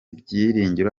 byiringiro